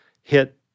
hit